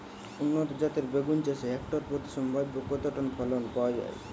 উন্নত জাতের বেগুন চাষে হেক্টর প্রতি সম্ভাব্য কত টন ফলন পাওয়া যায়?